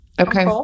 Okay